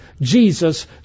Jesus